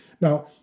Now